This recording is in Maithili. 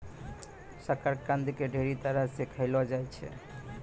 शकरकंद के ढेरी तरह से खयलो जाय छै